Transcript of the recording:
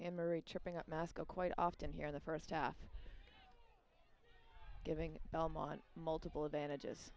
and murray tripping up masco quite often here in the first half giving belmont multiple advantages